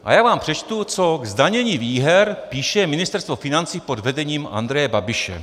A já vám řeknu, co k zdanění výher píše Ministerstvo financí pod vedením Andreje Babiše: